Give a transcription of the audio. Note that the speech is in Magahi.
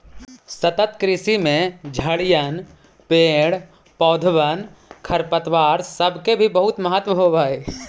सतत कृषि में झड़िअन, पेड़ पौधबन, खरपतवार सब के भी बहुत महत्व होब हई